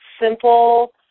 simple